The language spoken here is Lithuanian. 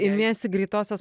imiesi greitosios